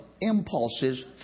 impulses